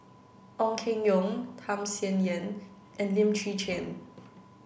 Ong Keng Yong Tham Sien Yen and Lim Chwee Chian